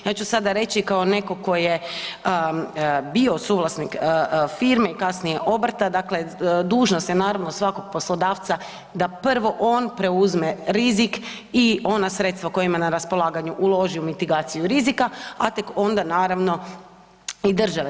Ja ću sada reći kao neko ko je bio suvlasnik firme i kasnije obrta, dakle dužnost je naravno svakog poslodavca da prvo on preuzme rizik i ona sredstva koja ima na raspolaganju uloži u mitigaciju rizika, a tek onda naravno i države.